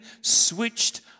switched